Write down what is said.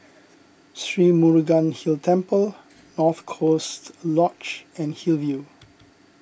Sri Murugan Hill Temple North Coast Lodge and Hillview